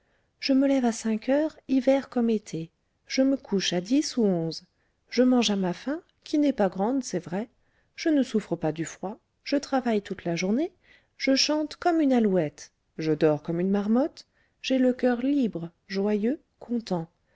je me lève à cinq heures hiver comme été je me couche à dix ou onze je mange à ma faim qui n'est pas grande c'est vrai je ne souffre pas du froid je travaille toute la journée je chante comme une alouette je dors comme une marmotte j'ai le coeur libre joyeux content